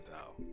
out